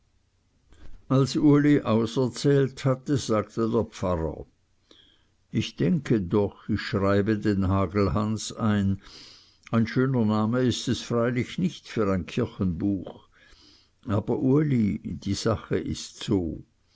als uli auserzählt hatte sagte der pfarrer ich denke doch ich schreibe den hagelhans ein ein schöner name ist es freilich nicht für ein kirchenbuch aber uli die sache ist so